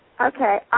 Okay